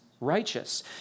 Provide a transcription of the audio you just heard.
righteous